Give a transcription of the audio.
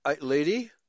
lady